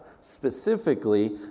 specifically